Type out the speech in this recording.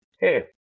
Hey